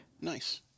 Nice